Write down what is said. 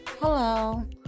Hello